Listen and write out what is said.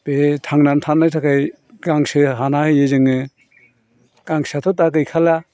बे थांनानै थानो थाखाय गांसो हाना होयो जोङो गांसोआथ' दा गैखाला